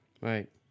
Right